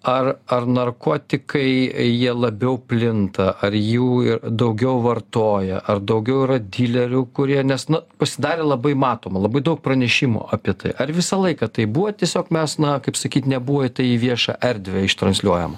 ar ar narkotikai jie labiau plinta ar jų ir daugiau vartoja ar daugiau yra dilerių kurie nes nu pasidarė labai matoma labai daug pranešimų apie tai ar visą laiką taip buvo tiesiog mes na kaip sakyt nebuvo tai į viešą erdvę ištransliuojama